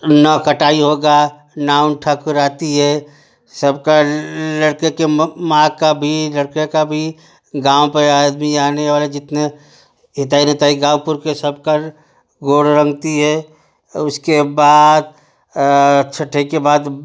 नोह कटाई होगा नाउन ठाकुर आती है सबका लड़के के म माँ का भी लड़के का भी गाँव पर आदमी आने वाले जितने हिताई नताई गाँव पुर के सबकर गोड़ रंगती है उसके बाद छठे के बाद